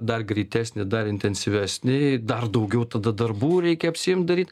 dar greitesnį dar intensyvesnį dar daugiau tada darbų reikia apsiimt daryt